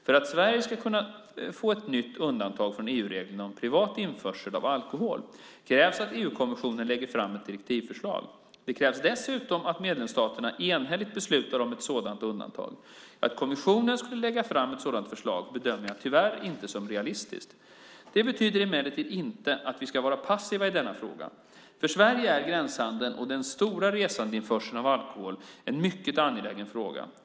För att Sverige ska kunna få ett nytt undantag från EU-reglerna om privat införsel av alkohol krävs att EU-kommissionen lägger fram ett direktivändringsförslag. Det krävs dessutom att medlemsstaterna enhälligt beslutar om ett sådant undantag. Att kommissionen skulle lägga fram ett sådant förslag bedömer jag tyvärr inte som realistiskt. Det betyder emellertid inte att vi ska vara passiva i denna fråga. För Sverige är gränshandeln och den stora resandeinförseln av alkohol en mycket angelägen fråga.